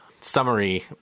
summary